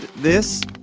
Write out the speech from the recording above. this